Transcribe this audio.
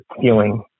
feeling